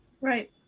Right